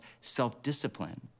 self-discipline